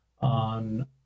on